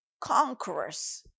conquerors